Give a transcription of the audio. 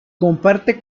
comparte